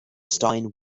stein